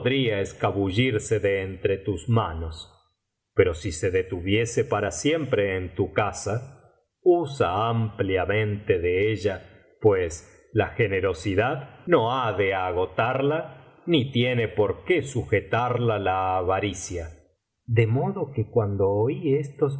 escabullirse de entre tus manos pero si se detuviese para siempre en tu casa usa ampliamente de ella pues la generosidad no ha de agotarla ni tiene por qué sujetarla la avaricia de modo que cuando oí